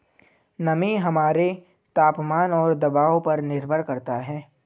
नमी हमारे तापमान और दबाव पर निर्भर करता है